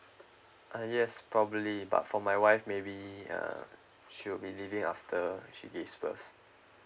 uh yes probably but for my wife maybe uh she will be leaving after she gives birth